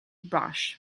bush